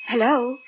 Hello